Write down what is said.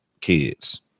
kids